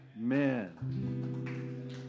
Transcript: Amen